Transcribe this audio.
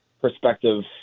perspective